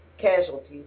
casualties